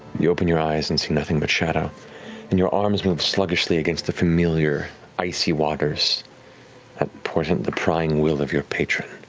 you open your eyes and see nothing but shadow and your arms move sluggishly against the familiar icy waters that portent the prying will of your patron.